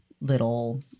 little